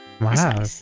Wow